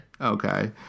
Okay